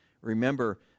Remember